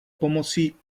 pomocí